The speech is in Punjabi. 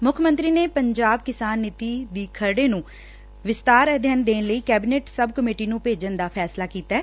ਮੁੱਖ ਮੰਤਰੀ ਨੇ ਪੰਜਾਬ ਕਿਸਾਨ ਨੀਤੀ ਦੇ ਖਰੜੇ ਨੂੰ ਵਿਸਥਾਰ ਅਧਿਐਨ ਲਈ ਕੈਬਨਿਟ ਸਬ ਕਮੇਟੀ ਨੂੰ ਭੇਜਣ ਦਾ ਫੈਸਲਾ ਕੀਤੈ